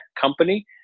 company